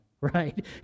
right